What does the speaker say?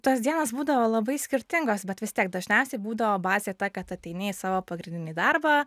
tos dienos būdavo labai skirtingos bet vis tiek dažniausiai būdavo bazė ta kad ateini į savo pagrindinį darbą